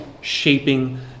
Shaping